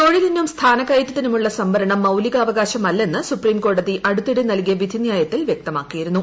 തൊഴിലിനും സ്ഥാനക്കയറ്റത്തിനുമുള്ള സംവരണം മൌലികാവകാശമല്ലെന്ന് സുപ്രീം കോടതി അടുത്തിടെ നൽകിയ വിധിന്യായത്തിൽ വൃക്തമാക്കിയിരുന്നു